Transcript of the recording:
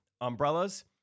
umbrellas